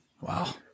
wow